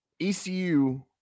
ECU